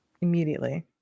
Immediately